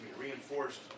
reinforced